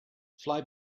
fly